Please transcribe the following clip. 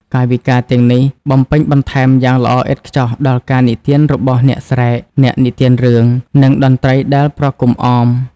កាយវិការទាំងនេះបំពេញបន្ថែមយ៉ាងល្អឥតខ្ចោះដល់ការនិទានរបស់ "អ្នកស្រែក" (អ្នកនិទានរឿង) និងតន្ត្រីដែលប្រគំអម។